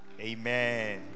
Amen